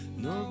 no